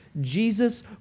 Jesus